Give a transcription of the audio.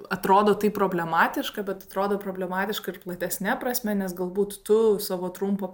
atrodo tai problematiška bet atrodo problematiška ir platesne prasme nes galbūt tu savo trumpo